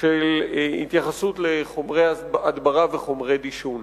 של התייחסות לחומרי הדברה וחומרי דישון.